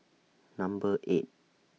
Number eight